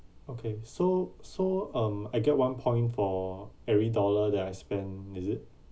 okay so so um I get one point for every dollar that I spend is it